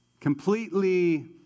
completely